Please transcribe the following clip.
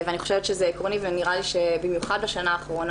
ואני חושבת שזה עקרוני ונראה לי שבמיוחד בשנה האחרונה